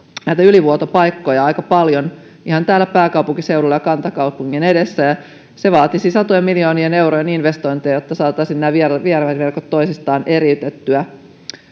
näitä ylivuotopaikkoja aika paljon ihan täällä pääkaupunkiseudulla ja kantakaupungin edessä se vaatisi satojen miljoonien eurojen investointeja jotta saataisiin nämä viemäriverkot toisistaan eriytettyä